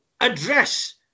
address